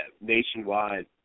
Nationwide